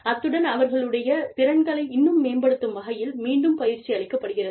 அத்துடன் அவர்களுடைய திறன்களை இன்னும் மேம்படுத்தும் வகையில் மீண்டும் பயிற்சி அளிக்கப்படுகிறது